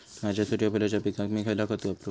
माझ्या सूर्यफुलाच्या पिकाक मी खयला खत वापरू?